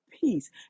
peace